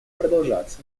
продолжаться